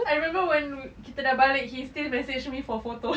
I remember when kita dah balik he still message me for photo